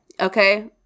okay